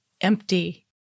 empty